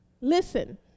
Listen